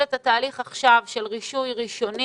את התהליך עכשיו של רישוי ראשוני,